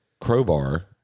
Crowbar